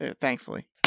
Thankfully